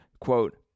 quote